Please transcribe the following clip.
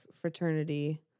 fraternity